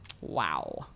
Wow